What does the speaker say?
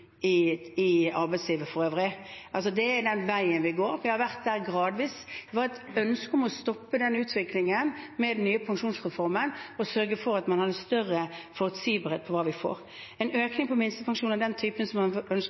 arbeidslivet for øvrig. Det er den veien vi går. Vi har vært der gradvis, det var et ønske om å stoppe den utviklingen med den nye pensjonsreformen og sørge for at man hadde større forutsigbarhet for hva vi får. En økning av minstepensjonen av den typen som man ønsker